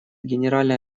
генеральной